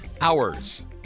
hours